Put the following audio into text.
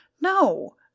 No